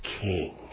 King